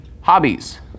hobbies